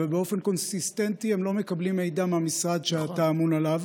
ובאופן קונסיסטנטי הם לא מקבלים מידע מהמשרד שאתה ממונה עליו,